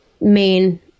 main